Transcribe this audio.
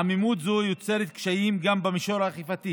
עמימות זו יוצרת קשיים גם במישור האכיפתי